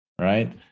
Right